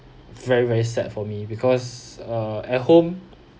very very sad for me because uh at home